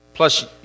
Plus